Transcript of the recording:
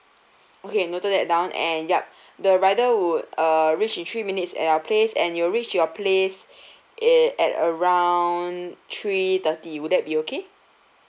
okay noted that down and yup the rider would uh reach in three minutes at our place and will reach your place in at around three thirty would that be okay